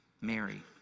Mary